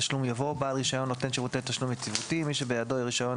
יבוא: ""בעל רישיון נותן שירותי תשלום יציבותי" מי שבידו רישיון